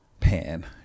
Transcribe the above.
pan